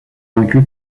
vaincu